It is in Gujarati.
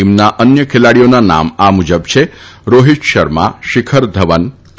ટીમના અન્ય ખેલાડીઓના નામ આ મુજબ છે રોહિત શર્મા શીખર ધવન કે